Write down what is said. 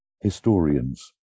historians